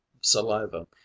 saliva